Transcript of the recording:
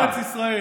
אנחנו בארץ ישראל,